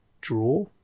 draw